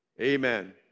Amen